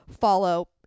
follow